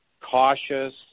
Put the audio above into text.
cautious